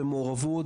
במעורבות,